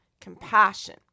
compassion